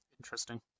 Interesting